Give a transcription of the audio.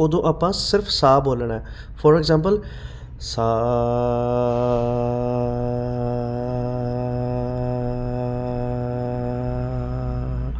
ਉਦੋਂ ਆਪਾਂ ਸਿਰਫ਼ ਸਾ ਬੋਲਣੈ ਫੋਰ ਅਗਜ਼ਾਮਪਲ